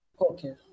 okay